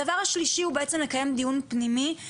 הדבר השלישי הוא בעצם לקיים דיון פנימי,